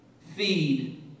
feed